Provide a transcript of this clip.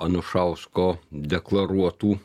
anušausko deklaruotų